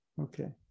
Okay